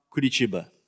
Curitiba